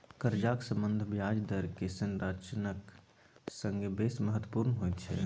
कर्जाक सम्बन्ध ब्याज दरक संरचनाक संगे बेस महत्वपुर्ण होइत छै